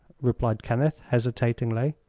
replied kenneth, hesitatingly.